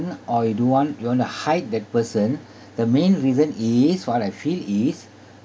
or you don't want you want to hide that person the main reason is what I feel is